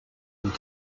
and